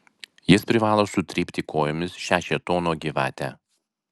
jis privalo sutrypti kojomis šią šėtono gyvatę